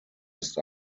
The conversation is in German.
ist